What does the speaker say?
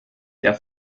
der